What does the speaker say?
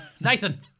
Nathan